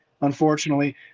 unfortunately